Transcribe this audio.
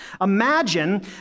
Imagine